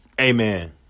Amen